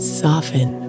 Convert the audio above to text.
soften